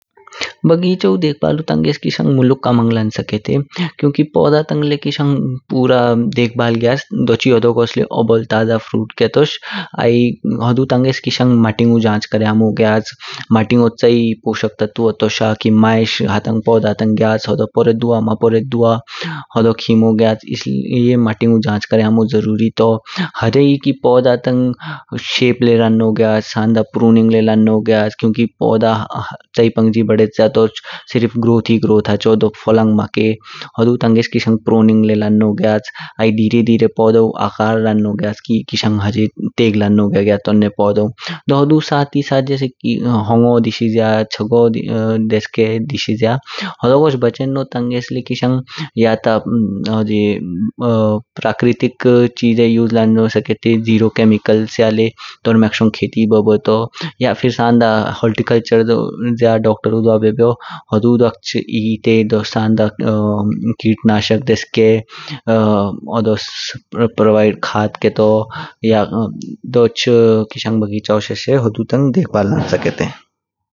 बगेचौ देखबलु ताङ्गेस किषाङ्ग मुलुक कमाङ्ग लानो स्केते। क्युकी पोद ताङ्ग ल्यै किषाङ्ग पूरा देखबल ग्याच दोची होडोगोस ल्यै ओबोल ताजा फुर्ट केतोश। आई हुदु ताङ्गेस किषाङ्ग मतेनू जाञ्च क्र्यामो ग्याच। मतेओ चिये पोषक तत्व तोशा कि मयेश हाताङ्ग पोद ताङ्ग जरूरत तो होडो पोरेदोदु माँ पोरेदोदु होडो खिमो ग्याचा। इसलिए मतेनू जाञ्च क्र्यामो जरूरी तो। ह्जे ही कि पोद ताङ्ग शेपे ल्यै रानो ग्याच, साण्डा पुरिङ्ग ल्यै लानो ग्याच क्युकी पोदा चियेपाङ्ग जी बडेच्य तो दोच सिर्फ ग्रोथ ग्रोथ हाचो डो फलाङ्ग माके। हुदु ताङ्गेस किषाङ्ग पुरिङ्गब्ल्यै लानो ग्याच। आई धीरे धीरे पोदौ आकार लन्नो ग्याच कि किषाङ्ग ह्जे तेग लन्नो ग्या ग्या तोन्ने। डो हुदु साथ ही साथ जैसे कि होंगो दिशिज्य च्गो देस्के दिशिज्य। होडोगोच बाचेन्ने ताङ्गेस ल्यै किषाङ्ग याऽ ता प्रकृतिक चीजे उसे लन्नो स्केते, जेरो कैमिकल स्या ल्यै तोर्मयक्षोंग केहती बेहब तो। या साण्डा होल्टिकुल्चर ज्या डोक्टर द्वा बियो बियो हुदु द्वाक्च इइते डो सान दा कीट नाशक देस्के हिडोस प्रोवाइड खड्ड केतो, दोच किषाङ्ग बगेचो शेशे देखबल्ल लान स्केते।